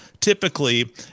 typically